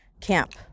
camp